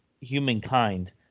humankind